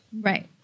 Right